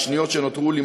בשניות שנותרו לי,